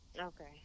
Okay